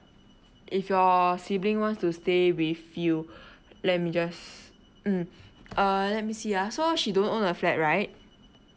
if your sibling want to stay with you let me just mm err let me see ya so she don't own a flat right